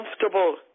comfortable